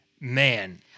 man